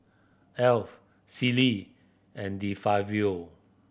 Alf Sealy and De Fabio